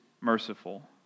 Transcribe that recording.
merciful